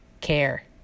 Care